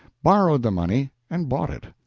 borrowed the money and bought it.